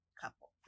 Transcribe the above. couple